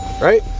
right